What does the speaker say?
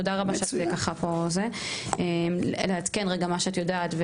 תודה רבה שאת ככה פה, לעדכן רגע מה שאת יודעת.